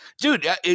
Dude